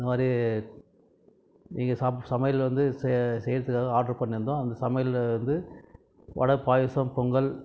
இந்த மாரி நீங்கள் சமையல் வந்து செய்ய செய்யறத்துக்காக ஆர்டர் பண்ணிருந்தோம் அந்த சமையலில் வந்து வடை பாயசம் பொங்கல்